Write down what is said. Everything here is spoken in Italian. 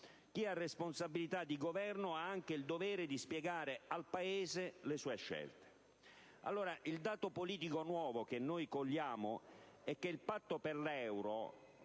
ha la responsabilità di governo ha anche il dovere di spiegare al Paese le sue scelte. Allora, il dato politico nuovo che cogliamo è che il Patto per l'euro